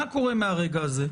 מה קורה מהרגע הזה?